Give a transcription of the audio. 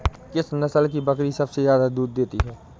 किस नस्ल की बकरी सबसे ज्यादा दूध देती है?